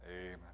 amen